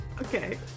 Okay